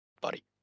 buddy